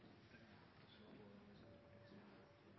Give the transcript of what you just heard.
statsråd